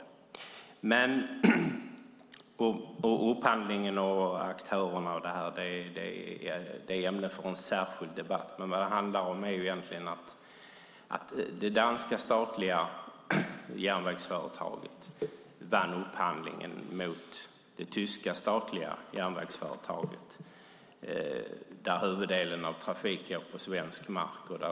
Frågan om upphandling och aktörer är ämne för en särskild debatt. Det här handlar om att det danska statliga järnvägsföretaget vann upphandlingen mot det tyska statliga järnvägsföretaget där huvuddelen av trafiken går på svensk mark.